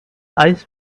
ice